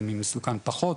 למי מסוכן פחות,